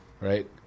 right